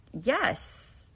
yes